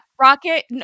Rocket